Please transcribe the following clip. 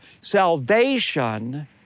salvation